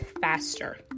faster